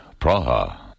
Praha